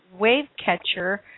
Wavecatcher